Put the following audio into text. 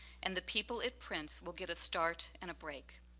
and the people it prints will get a start and a break.